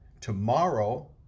Tomorrow